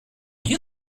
you